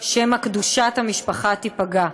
שמא קדושת המשפחה תיפגע.